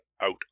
out